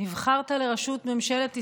נבחרת לראשות ממשלת ישראל,